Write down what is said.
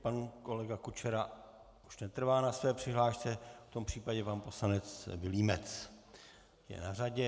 Pan kolega Kučera už netrvá na své přihlášce, v tom případě pan poslanec Vilímec je na řadě.